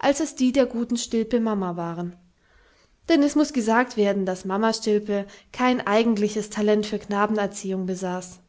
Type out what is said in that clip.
als es die der guten stilpe mama waren denn es muß gesagt werden daß mama stilpe kein eigentliches talent für knabenerziehung besaß